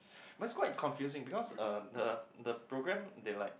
but it's quite confusing because uh the the program they like